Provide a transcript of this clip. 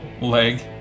leg